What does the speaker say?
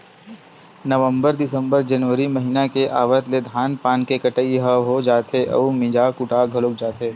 नवंबर, दिंसबर, जनवरी महिना के आवत ले धान पान के कटई ह हो जाथे अउ मिंजा कुटा घलोक जाथे